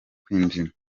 kwinjira